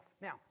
Now